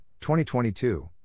2022